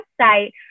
website